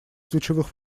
ключевых